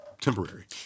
temporary